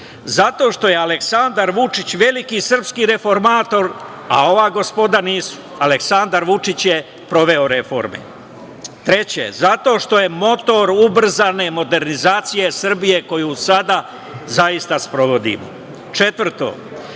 zato što je Aleksandar Vučić veliki srpski reformator, a ova gospoda nisu. Aleksandar Vučić je proveo reforme. Treće, zato što je motor ubrzane modernizacije Srbije koju sada zaista sprovodi. Četvrto,